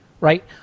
Right